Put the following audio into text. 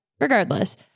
regardless